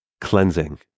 cleansing